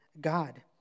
God